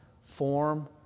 form